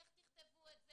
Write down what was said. איך תנסחו אותו,